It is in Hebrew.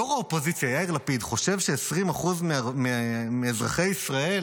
ראש האופוזיציה יאיר לפיד חושב ש-20% מאזרחי ישראל,